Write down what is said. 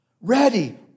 ready